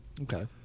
Okay